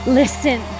listen